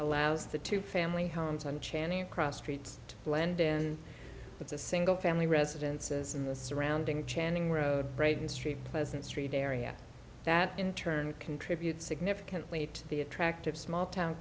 allows the two family homes and chani across streets to blend in with a single family residences in the surrounding channing road brayden street pleasant street area that in turn contribute significantly to the attractive small town